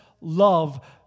love